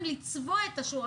לצבוע את השורה